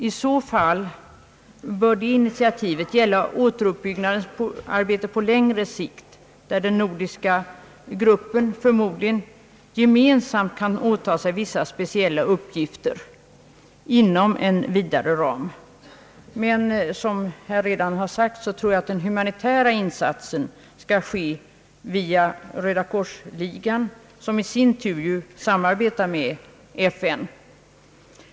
I så fall bör det initiativet gälla återuppbyggnadsarbetet på längre sikt, där den nordiska gruppen förmodligen gemensamt med den svenska kan åtaga sig vissa speciella uppgifter inom en vidare ram. Men såsom här redan har sagts tror jag att den humanitära insatsen skall ske via Röda kors-ligan, som i sin tur ju samarbetar med FN.